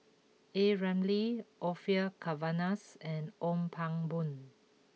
A Ramli Orfeur Cavenaghs and Ong Pang Boon